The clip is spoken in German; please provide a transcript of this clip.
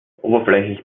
oberflächlich